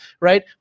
right